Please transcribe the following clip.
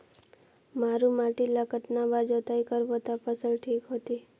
मारू माटी ला कतना बार जुताई करबो ता फसल ठीक होती?